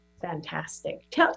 fantastic